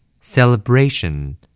Celebration